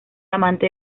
amante